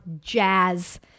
jazz